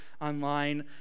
online